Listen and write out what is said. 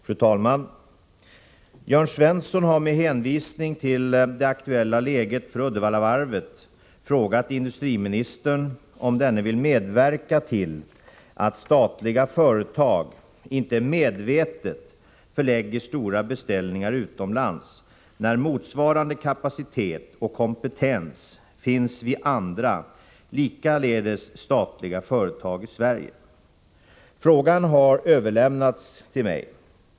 Fru talman! Jörn Svensson har med hänvisning till det aktuella läget för Uddevallavarvet frågat industriministern om denne vill medverka till att statliga företag inte medvetet förlägger stora beställningar utomlands, när motsvarande kapacitet och kompetens finns vid andra, likaledes statliga, företag i Sverige. Frågan har överlämnats till mig.